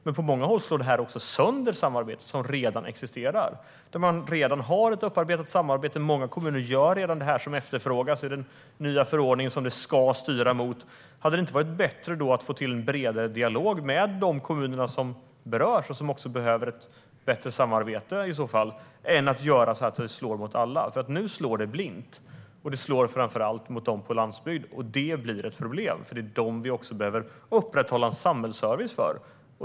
Men på många håll slår det här sönder samarbeten som redan existerar, där det redan finns ett upparbetat samarbete. Många kommuner gör redan det som efterfrågas, som man vill styra mot i de nya föreskrifterna. Vore det inte bättre i så fall att få till en bredare dialog med de kommuner som berörs och som också behöver bättre samarbete, än att göra så att det slår mot alla? Nu slår det nämligen blint. Det slår framför allt mot dem på landsbygden, och det blir ett problem. Det är dem vi behöver upprätthålla en samhällsservice för.